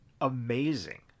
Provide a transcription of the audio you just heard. amazing